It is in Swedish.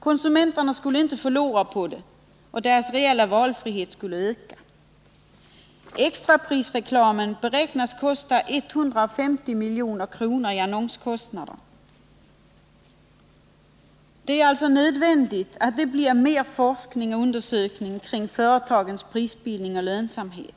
Konsumenterna skulle inte förlora på det och deras reella valfrihet skulle öka. Extraprisreklamen beräknas kosta 150 milj.kr. i annonskostnader. Det är alltså nödvändigt att det blir mera forskning och undersökning om företagens prisbildning och lönsamhet.